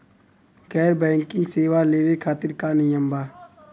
गैर बैंकिंग सेवा लेवे खातिर का नियम बा?